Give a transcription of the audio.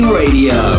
radio